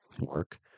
work